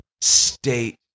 state